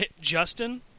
Justin